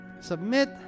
Submit